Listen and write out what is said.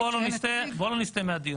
להגיד שאין נציג --- בואו לא נסטה מהדיון.